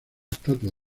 estatua